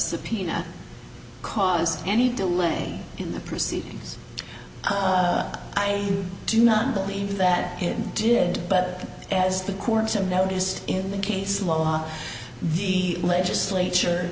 subpoena cause any delay in the proceedings i do not believe that it did but as the courts have noticed in the case law the legislature